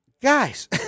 guys